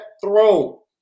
throw